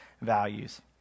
values